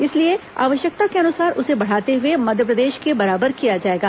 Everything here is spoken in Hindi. इसलिए आवश्यकता के अनुसार उसे बढ़ाते हुए मध्यप्रदेश के बराबर किया जाएगा